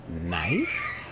knife